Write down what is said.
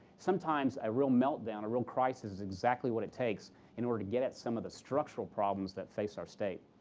sometimes a real meltdown, a real crisis, is exactly what it takes in order to get at some of the structural problems that face our state.